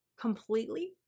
completely